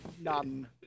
None